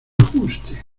ajuste